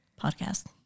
Podcast